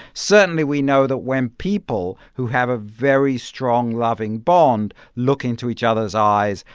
certainly, we know that when people who have a very strong, loving bond look into each other's eyes,